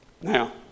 Now